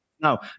now